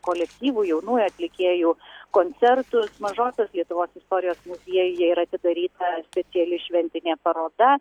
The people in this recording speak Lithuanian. kolektyvų jaunųjų atlikėjų koncertus mažosios lietuvos istorijos muziejuje yra atidaryta speciali šventinė paroda